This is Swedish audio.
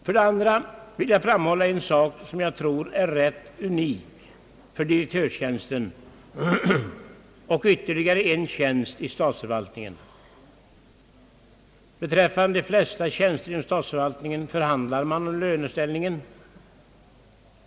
För det andra vill jag framhålla en sak som jag tror är rätt unik för direktörstjänsten och ytterligare en tjänst i statsförvaltningen. Beträffande de flesta tjänster inom statsförvaltningen förhandlar man om löneställningen.